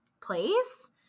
place